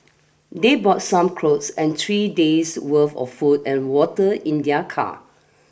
they bought some clothes and three days' worth of food and water in their car